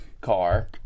car